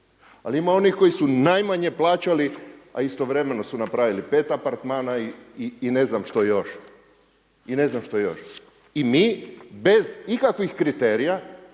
Ali ima onih koji su najmanje plaćali, a istovremeno su napravili 5 apartmana i ne znam što još i mi bez ikakvih kriterija